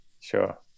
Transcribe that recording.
Sure